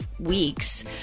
weeks